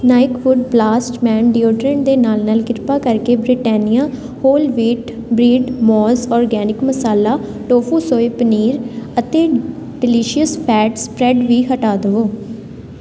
Nike wood blast man deodorant ਦੇ ਨਾਲ ਨਾਲ ਕਿਰਪਾ ਕਰਕੇ ਬ੍ਰਿਟਾਨੀਆ ਹੋਲ ਵੀਟ ਬਰੀਟ ਮੌਜ਼ organic masala tofu soy paneer ਅਤੇ ਡੇਲੀਸ਼ੀਅਸ ਫੈਟ ਸਪਰੈੱਡ ਵੀ ਹਟਾ ਦੇਵੋ